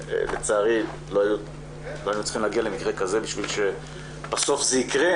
לצערי לא היינו צריכים להגיע למקרה כזה בשביל שבסוף זה יקרה,